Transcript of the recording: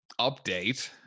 update